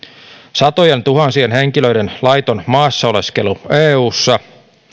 satojentuhansien henkilöiden laiton maassa oleskelu eussa